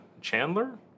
chandler